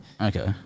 Okay